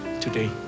today